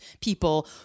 people